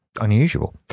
unusual